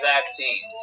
vaccines